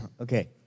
Okay